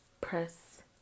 press